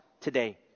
today